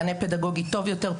מענה פדגוגי טוב יותר.